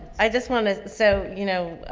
i just want to, so, you know,